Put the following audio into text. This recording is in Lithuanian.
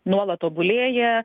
nuolat tobulėja